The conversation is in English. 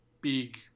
big